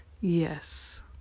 Yes